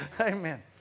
Amen